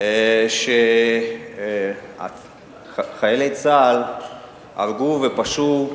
נתונים שחיילי צה"ל הרגו ופשעו,